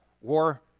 war